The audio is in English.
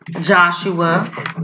Joshua